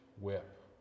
whip